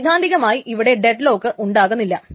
സൈദ്ധാന്ധികമായി ഇവിടെ ഡെഡ്ലോക്ക് ഉണ്ടാകുന്നില്ല